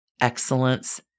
excellence